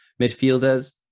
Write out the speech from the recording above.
Midfielders